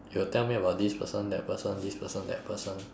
you'll tell me about this person that person this person that person